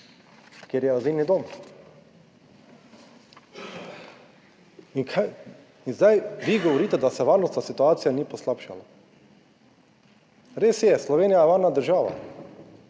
kjer je azilni dom. In kaj? In zdaj vi govorite, da se varnostna situacija ni poslabšala. Res je, Slovenija je varna država.